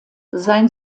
sein